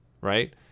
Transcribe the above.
right